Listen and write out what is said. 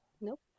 Nope